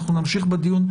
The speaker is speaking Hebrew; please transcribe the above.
אנחנו נמשיך בדיון.